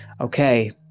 Okay